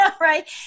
Right